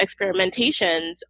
experimentations